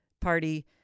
party